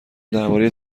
درباره